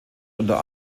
unter